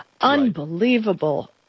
unbelievable